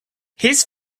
his